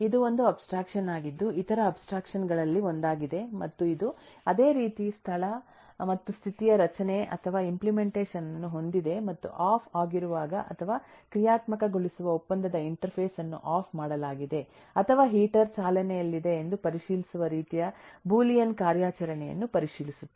ಇದು ಒಂದು ಅಬ್ಸ್ಟ್ರಾಕ್ಷನ್ ಆಗಿದ್ದು ಇತರ ಅಬ್ಸ್ಟ್ರಾಕ್ಷನ್ ಗಳಲ್ಲಿ ಒಂದಾಗಿದೆ ಮತ್ತು ಇದು ಅದೇ ರೀತಿ ಸ್ಥಳ ಮತ್ತು ಸ್ಥಿತಿಯ ರಚನೆ ಅಥವಾ ಇಂಪ್ಲೆಮೆಂಟೇಷನ್ ಅನ್ನು ಹೊಂದಿದೆ ಮತ್ತು ಆಫ್ ಆಗಿರುವಾಗ ಅಥವಾ ಕ್ರಿಯಾತ್ಮಕಗೊಳಿಸುವ ಒಪ್ಪಂದದ ಇಂಟರ್ಫೇಸ್ ಅನ್ನು ಆಫ್ ಮಾಡಲಾಗಿದೆ ಅಥವಾ ಹೀಟರ್ ಚಾಲನೆಯಲ್ಲಿದೆ ಎಂದು ಪರಿಶೀಲಿಸುವ ರೀತಿಯ ಬೂಲಿಯನ್ ಕಾರ್ಯಾಚರಣೆಯನ್ನು ಪರಿಶೀಲಿಸುತ್ತದೆ